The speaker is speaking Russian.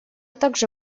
также